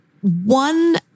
one